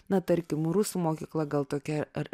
na tarkim rusų mokykla gal tokia ar